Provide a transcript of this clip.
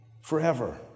forever